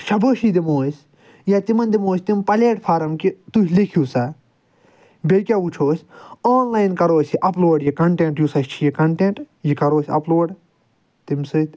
شابٲشی دِمو أسۍ یا تِمن دِمو أسۍ تِم پلٮ۪ٹفارم کہِ تُہۍ لٮ۪کھِو سا بیٚیہِ کیٚاہ وٕچھو أسۍ آنلاٮ۪ن کرو أسۍ یہِ اپلاوُڈ یہِ کنٹنٹ یُس اسہِ چھُ یہِ کنٹنٹ یہِ کرو أسۍ اپلاوُڈ تمہِ سۭتۍ